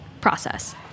process